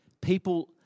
people